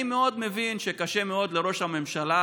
אני מאוד מבין שקשה מאוד לראש הממשלה